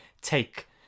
take